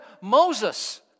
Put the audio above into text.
Moses